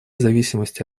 зависимости